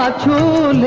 ah to